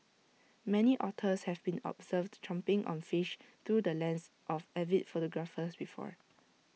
many otters have been observed chomping on fish through the lens of avid photographers before